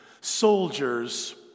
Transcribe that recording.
Soldiers